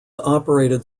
operated